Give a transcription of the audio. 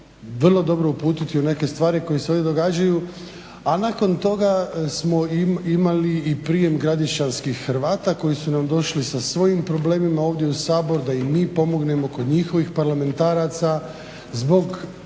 vrlo dobro uputiti u neke stvari koje se ovdje događaju. A nakon toga smo imali i prijem Gradišćanskih Hrvata koji su nam došli sa svojim problemima ovdje u Sabor da im mi pomognemo kod njihovih parlamentaraca zbog